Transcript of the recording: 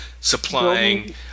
supplying